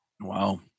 Wow